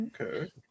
Okay